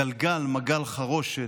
מגל, גלגל חרושת,